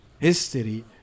history